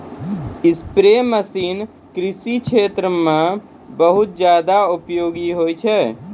spray machine कृषि क्षेत्र म बहुत जादा उपयोगी होय छै